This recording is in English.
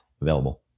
available